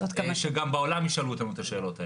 ושגם בעולם ישאלו אותנו את השאלות האלה.